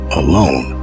alone